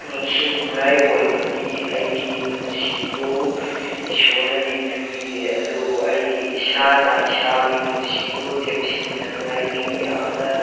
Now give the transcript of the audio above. ꯅꯤꯡꯁꯤꯡꯅꯤꯉꯥꯏ ꯑꯣꯏꯕꯗꯤ ꯑꯩꯒꯤ ꯄꯨꯟꯁꯤꯕꯨ ꯏꯁꯣꯔꯅꯗꯤ ꯄꯤꯕꯤꯔꯦ ꯑꯗꯨꯕꯨ ꯑꯩꯒꯤ ꯏꯁꯥꯅ ꯏꯁꯥꯒꯤ ꯄꯨꯟꯁꯤꯕꯨ ꯇꯦꯝꯁꯤꯡꯅꯅꯉꯥꯏꯒꯤ ꯌꯥꯝꯅ